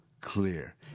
clear